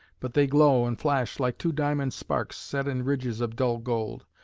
but they glow and flash like two diamond sparks set in ridges of dull gold.